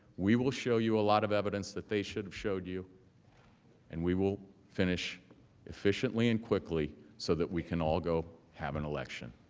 we will show you a lot of evidence that they should have showed you and we will finish efficiently and quickly so that we can all go have an election,